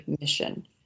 mission